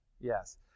Yes